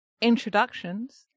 Introductions